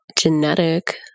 genetic